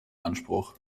anspruch